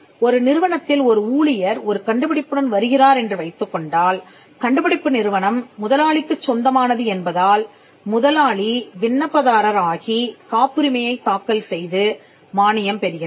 ஒரு நிறுவனத்தில் ஒரு ஊழியர் ஒரு கண்டுபிடிப்புடன் வருகிறார் என்று வைத்துக்கொண்டால் கண்டுபிடிப்பு நிறுவனம் முதலாளிக்குச் சொந்தமானது என்பதால் முதலாளி விண்ணப்பதாரர் ஆகிக் காப்புரிமையைத் தாக்கல் செய்து மானியம் பெறுகிறார்